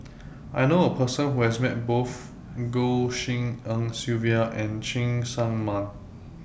I knew A Person Who has Met Both Goh Tshin En Sylvia and Cheng Tsang Man